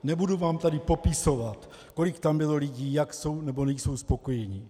Nebudu vám tady popisovat, kolik tam bylo lidí, jak jsou nebo nejsou spokojeni.